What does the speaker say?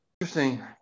Interesting